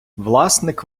власник